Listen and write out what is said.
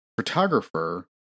photographer